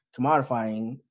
commodifying